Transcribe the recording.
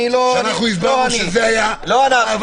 לא אנחנו.